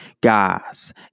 Guys